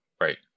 Right